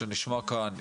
שנשמע כאן,